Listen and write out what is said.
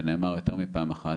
זה נאמר יותר מפעם אחת,